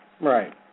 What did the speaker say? right